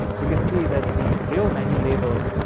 you can see that the real manual labor,